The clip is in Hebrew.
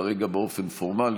כרגע באופן פורמלי,